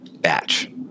Batch